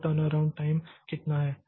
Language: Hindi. तो टर्नअराउंड टाइम कितना है